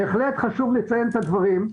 בהחלט חשוב לציין את הדברים.